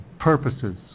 purposes